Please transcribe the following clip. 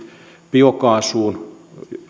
biokaasuun